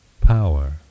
power